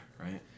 right